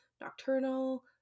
nocturnal